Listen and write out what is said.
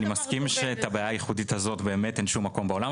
אני מסכים שאת הבעיה הייחודית הזאת באמת אין בשום מקום בעולם,